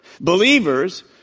Believers